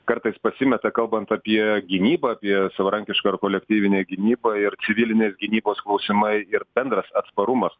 kartais pasimeta kalbant apie gynybą apie savarankišką ir kolektyvinę gynybą ir civilinės gynybos klausimai ir bendras atsparumas